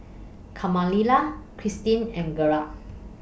Kamilah Cristine and Gerda